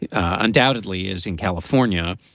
and undoubtedly is in california.